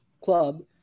club